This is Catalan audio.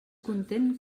content